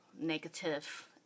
negative